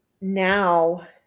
now